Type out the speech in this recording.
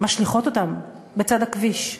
משליכות אותם בצד הכביש.